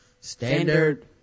standard